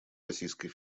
российской